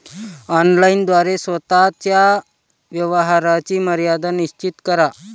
online द्वारे स्वतः च्या व्यवहाराची मर्यादा निश्चित करा